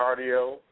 cardio